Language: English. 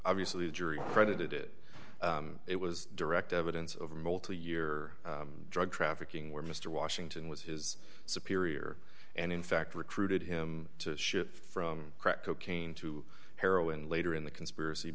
obviously the jury credited it it was direct evidence of a multi year drug trafficking where mr washington was his superior and in fact recruited him to shift from crack cocaine to heroin later in the conspiracy